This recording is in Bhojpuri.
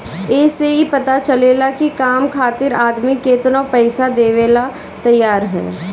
ए से ई पता चलेला की काम खातिर आदमी केतनो पइसा देवेला तइयार हअ